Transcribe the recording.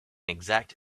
exact